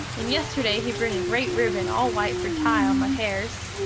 and yesterday he bring a great ribbon all white for tie on my hairs.